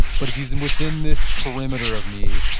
but if he's and within this perimeter of me,